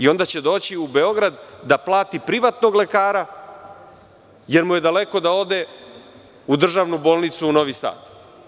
Onda će doći u Beograd da plati privatnog lekara, jer mu je daleko da ode u državnu bolnicu u Novi Sad.